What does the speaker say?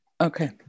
Okay